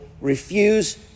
refuse